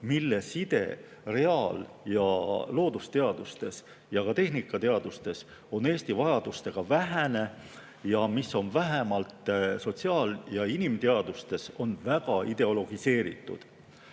mille side reaal‑ ja loodusteadustes ja ka tehnikateadustes on Eesti vajadustega vähene ja mis vähemalt sotsiaal‑ ja inimteadustes on väga ideologiseeritud.